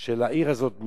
של העיר הזאת,